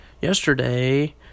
yesterday